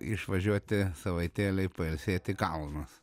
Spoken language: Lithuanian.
išvažiuoti savaitėlei pailsėt į kalnus